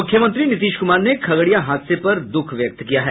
मुख्यमंत्री नीतीश कुमार ने खगड़िया हादसे पर दुःख व्यक्त किया है